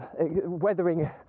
weathering